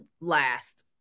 last